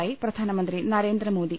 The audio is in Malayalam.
തായി പ്രധാനമന്ത്രി നരേന്ദ്രമോദി